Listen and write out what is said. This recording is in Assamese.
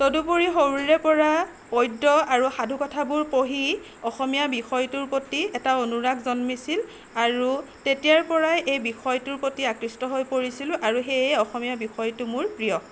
তাৰোপৰি সৰুৰে পৰা পদ্য আৰু সাধুকথাবোৰ পঢ়ি অসমীয়া বিষয়টোৰ প্ৰতি এটা অনুৰাগ জন্মিছিল আৰু তেতিয়াৰ পৰাই এই বিষয়টোৰ প্ৰতি আকৃষ্ট হৈ পৰিছিলো আৰু সেয়েই অসমীয়া বিষয়টো মোৰ প্ৰিয়